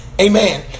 Amen